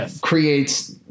Creates